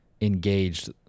engaged